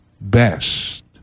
best